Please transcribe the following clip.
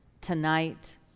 tonight